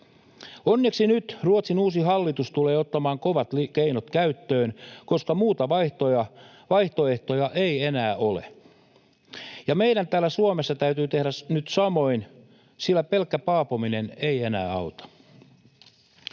Onneksi nyt Ruotsin uusi hallitus tulee ottamaan kovat keinot käyttöön, koska muita vaihtoehtoja ei enää ole. Meidän täällä Suomessa täytyy tehdä nyt samoin, sillä pelkkä paapominen ei enää auta.